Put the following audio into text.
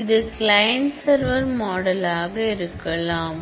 இது client server மாடலாக இருக்கலாம்